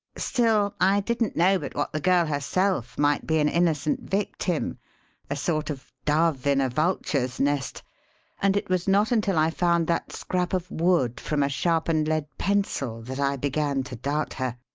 still, i didn't know but what the girl herself might be an innocent victim a sort of dove in a vulture's nest and it was not until i found that scrap of wood from a sharpened lead pencil that i began to doubt her.